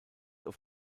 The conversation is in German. auf